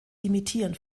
imitieren